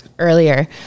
earlier